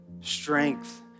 strength